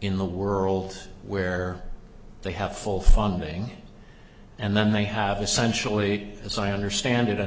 in the world where they have full funding and then they have essentially as i understand it an